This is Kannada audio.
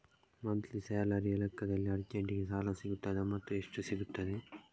ಮಂತ್ಲಿ ಸ್ಯಾಲರಿಯ ಲೆಕ್ಕದಲ್ಲಿ ಅರ್ಜೆಂಟಿಗೆ ಸಾಲ ಸಿಗುತ್ತದಾ ಮತ್ತುಎಷ್ಟು ಸಿಗುತ್ತದೆ?